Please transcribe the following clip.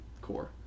core